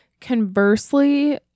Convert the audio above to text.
Conversely